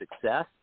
success